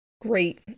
great